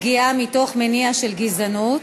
פגיעה מתוך מניע של גזענות),